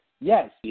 Yes